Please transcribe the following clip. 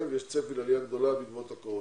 ויש צפי לעלייה גדולה בעקבות הקורונה.